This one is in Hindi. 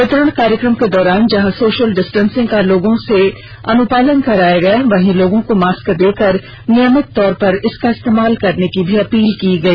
वितरण कार्यक्रम के दौरान जहां सोशल डिस्टेंसिंग का लोगों से अनुपालन कराया गया वहीं लोगों को मास्क दे कर नियमित तौर पर इसका इस्तेमाल करने की अपील भी की गई